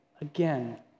again